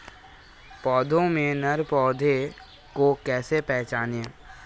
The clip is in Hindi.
पौधों में नर पौधे को कैसे पहचानें?